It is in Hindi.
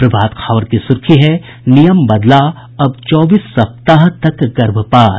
प्रभात खबर की सुर्खी है नियम बदला अब चौबीस सप्ताह तक गर्भपात